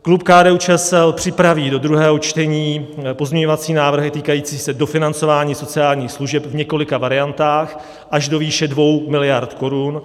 Klub KDUČSL připraví do druhého čtení pozměňovací návrhy týkající se dofinancování sociálních služeb v několika variantách až do výše 2 mld. korun.